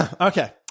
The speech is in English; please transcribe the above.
Okay